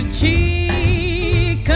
cheek